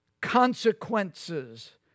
consequences